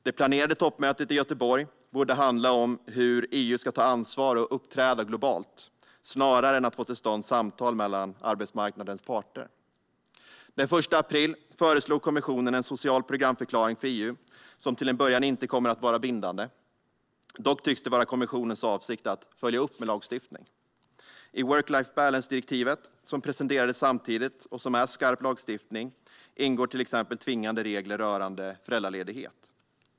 Det planerade toppmötet i Göteborg borde handla om hur EU ska ta ansvar och uppträda globalt, snarare än att få till stånd samtal mellan arbetsmarknadens parter. Den 1 april föreslog kommissionen en social programförklaring för EU, som till en början inte kommer att vara bindande. Dock tycks det vara kommissionens avsikt att följa upp med lagstiftning. I Work-life-balance-direktivet, som presenterades samtidigt och som är skarp lagstiftning, ingår till exempel tvingande regler rörande föräldraledighet.